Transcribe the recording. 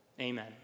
Amen